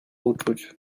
uczuć